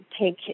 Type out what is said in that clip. take